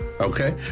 okay